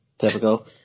typical